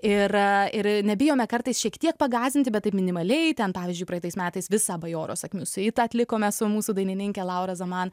ir ir nebijome kartais šiek tiek pagąsdinti bet taip minimaliai ten pavyzdžiui praeitais metais visą bajoro sakmių siuita atlikome su mūsų dainininke laura zaman